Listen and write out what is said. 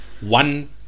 one